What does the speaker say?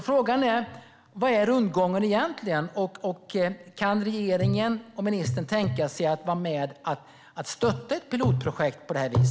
Frågan är var rundgången egentligen finns. Kan regeringen och ministern tänka sig att vara med på att stötta ett pilotprojekt på detta vis?